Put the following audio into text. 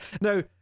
now